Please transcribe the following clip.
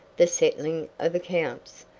the settling of accounts,